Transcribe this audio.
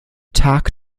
tag